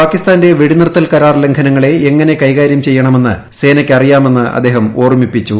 പാകിസ്ഥാന്റെ വെടിനിർത്തൽ കരാർ ലംഘനങ്ങളെ എങ്ങനെ കൈകാര്യം ചെയ്യണമെന്ന് സേനയ്ക്ക് അറിയാം എന്ന് അദ്ദേഹം ഓർമ്മിപ്പിച്ചു